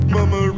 Mama